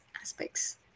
aspects